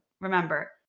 remember